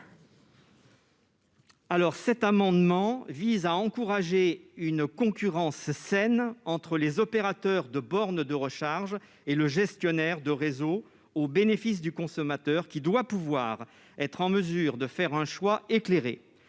Cet amendement vise à favoriser une concurrence saine entre les opérateurs de bornes de recharge et le gestionnaire de réseau, au bénéfice du consommateur, lequel doit être en mesure de faire un choix éclairé.